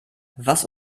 was